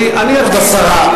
אולי תיקח בכלל ספריי או